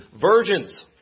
virgins